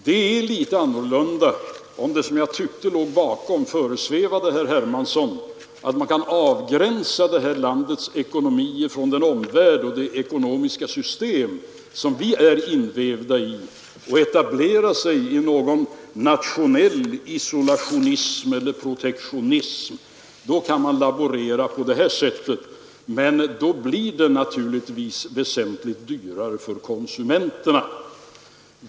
Det är litet annorlunda, om — som jag tyckte att det föresvävade herr Hermansson — vi kan avgränsa det här landets ekonomi från omvärlden och det ekonomiska system som vi är invävda i och etablera oss i någon nationell isolationism eller protektionism. Då kan vi laborera på det här sättet, men då blir det naturligtvis väsentligt dyrare för konsumenterna.